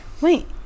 Wait